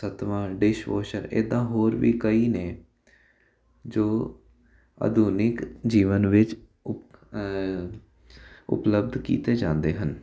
ਸੱਤਵਾਂ ਡਿਸ਼ਵੋਸ਼ਰ ਇੱਦਾਂ ਹੋਰ ਵੀ ਕਈ ਨੇ ਜੋ ਆਧੁਨਿਕ ਜੀਵਨ ਵਿੱਚ ਉਪ ਉਪਲਬਧ ਕੀਤੇ ਜਾਂਦੇ ਹਨ